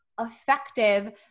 effective